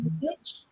message